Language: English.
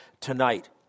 tonight